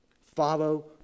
Follow